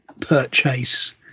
purchase